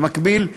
במקביל,